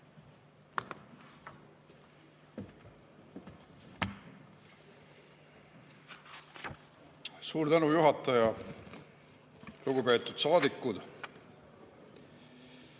Suur tänu, juhataja! Lugupeetud saadikud!